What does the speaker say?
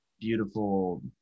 beautiful